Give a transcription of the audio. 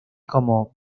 como